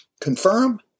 confirm